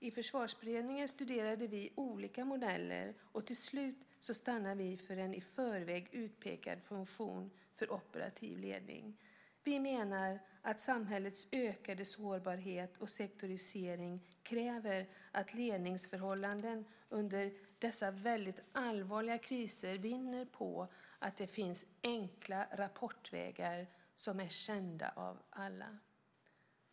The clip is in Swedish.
I Förvarsberedningen studerade vi olika modeller och till slut stannade vi för en i förväg utpekad funktion för operativ ledning. Vi menar att samhällets ökade sårbarhet och sektorisering kräver att ledningsförhållanden under dessa allvarliga kriser vinner på att det finns enkla rapportvägar som är kända av alla.